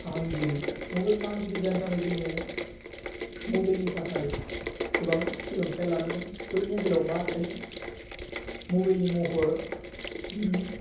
फाहामगिरि mobile फाहामगिरि जानो थाखाय जोङो मबाइलनि थाखाय गोबां सोलोंथाइ लानांगोन बै मबाइलाव मा थायो मबाइलनि महर बिनि